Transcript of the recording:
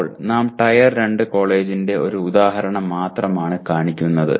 ഇപ്പോൾ നാം ടയർ 2 കോളേജിന്റെ ഒരു ഉദാഹരണം മാത്രമാണ് കാണിക്കുന്നത്